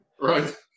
right